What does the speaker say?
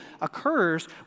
occurs